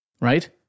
right